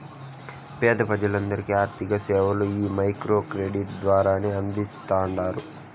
పేద జనాలకి ఆర్థిక సేవలు ఈ మైక్రో క్రెడిట్ ద్వారానే అందిస్తాండారు